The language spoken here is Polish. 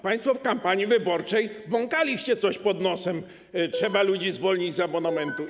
Państwo w kampanii wyborczej bąkaliście coś pod nosem, że trzeba ludzi zwolnić z abonamentu.